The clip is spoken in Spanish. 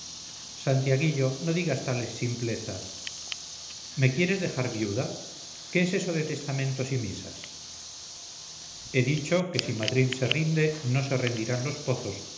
santiaguillo no digas tales simplezas me quieres dejar viuda qué es eso de testamentos y misas he dicho que si madrid se rinde no se rendirán los pozos